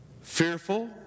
fearful